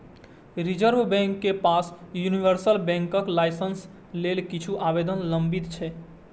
reserve bank के पास universal बैंकक लाइसेंस लेल किछु आवेदन लंबित छै